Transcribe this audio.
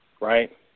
right